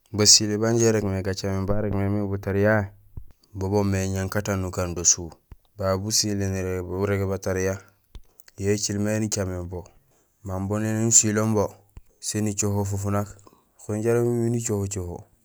Basilé ban injé irégmé bacaméén barégmé miin butariyahé bo boomé éñankatang nukando suu. Ba basilé burégé batariya, yo écilmé nicaméén bo. Baan bo néni usiloom bo sén icoho fofunak kun jaraam imiir nicoho coho.